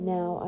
Now